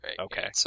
okay